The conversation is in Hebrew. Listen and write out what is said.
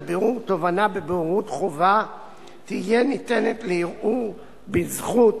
בירור תובענה בבוררות חובה תהיה ניתנת לערעור בזכות